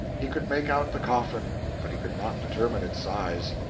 he could make out the coffin, but he could not determine its size,